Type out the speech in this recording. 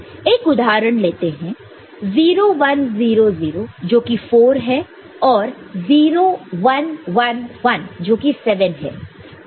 एक उदाहरण लेते हैं 0 1 0 0 जोकि 4 है और 0 1 1 1 जोकि 7 है